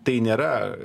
tai nėra